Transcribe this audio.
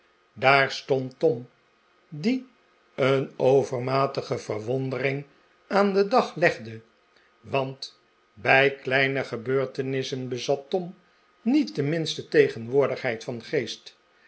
daar stond tom die een overmatige verwondering aan den dag legde want bij kleine gebeurtenissen bezat tom niet de minste tegenwoordigheid van geest